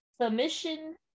submission